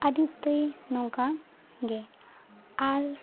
ᱟᱹᱰᱤ ᱩᱥᱛᱟᱹᱭ ᱱᱚᱝᱠᱟ ᱜᱮ ᱟᱨ